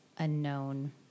unknown